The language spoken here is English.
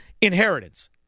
Inheritance